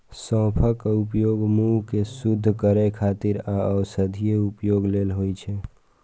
सौंफक उपयोग मुंह कें शुद्ध करै खातिर आ औषधीय उपयोग लेल होइ छै